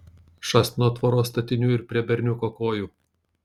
šast nuo tvoros statinių ir prie berniuko kojų